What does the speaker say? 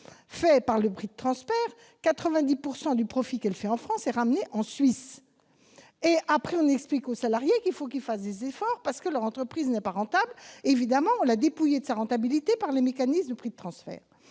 rapatrier en Suisse 90 % des profits qu'elle fait en France. Et après, on explique aux salariés qu'il faut qu'ils fassent des efforts, parce que leur entreprise n'est pas rentable ! Évidemment, on l'a dépouillée de sa rentabilité par les mécanismes de prix de transfert